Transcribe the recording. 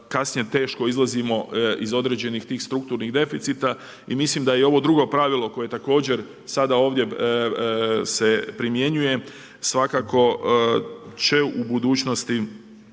kasnije teško izlazimo iz određenih tih strukturnih deficita. I mislim da je ovo drugo pravilo koje također sada ovdje se primjenjuje svakako će u budućnosti,